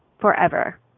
forever